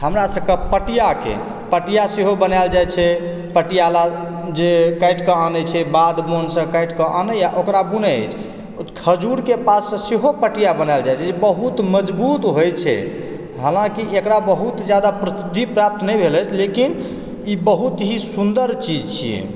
हमरा सबकेँ पटिआके पटिआ सेहो बनाएल जाइत छै पटिआ लऽ जे काटिके आनए छै बादमे काटिके आनए अछि आ ओकरा बुनए अछि खजूरके पातसँ सेहो पटिआ बनाएल जाइत छै ई बहुत मजबूत होइत छै हालाँकि एकरा बहुत जादा प्रसिद्धि प्राप्त नहि भेल अछि लेकिन ई बहुत ही सुन्दर चीज छिऐ